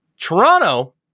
Toronto